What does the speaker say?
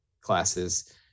classes